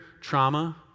trauma